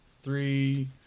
three